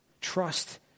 trust